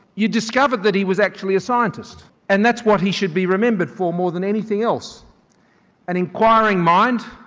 you discovered that he was actually a scientist and that's what he should be remembered for more than anything else an enquiring mind,